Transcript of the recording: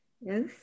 Yes